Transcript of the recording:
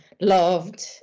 loved